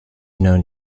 known